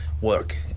work